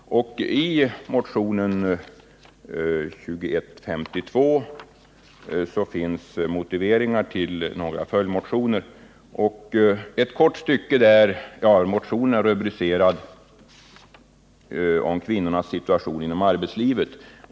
I motionen 2152 finns motiveringar till några följdmotioner. Motionen handlar om kvinnornas situation i arbetslivet.